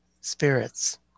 spirits